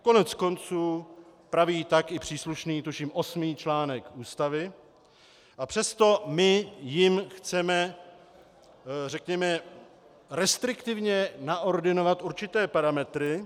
Koneckonců praví tak i příslušný, tuším osmý, článek Ústavy, a přesto my jim chceme restriktivně naordinovat určité parametry.